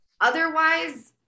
otherwise